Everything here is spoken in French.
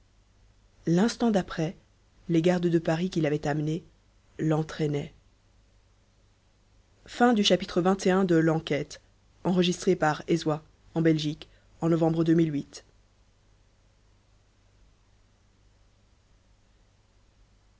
l'instant d'après les gardes de paris qui l'avaient amené l'entraînaient